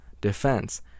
defense